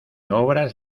obras